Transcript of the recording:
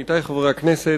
עמיתי חברי הכנסת,